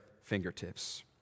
fingertips